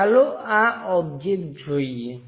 ચાલો આ ઓબ્જેક્ટ જોઈએ